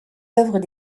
œuvres